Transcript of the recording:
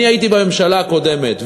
אני הייתי בממשלה הקודמת,